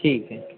ठीक आहे